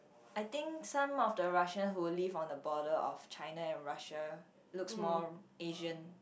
I think some of the Russian who live on the border of China and Russia looks more Asian